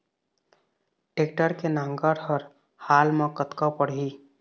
Tractor के नांगर हर हाल मा कतका पड़िही?